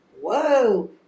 whoa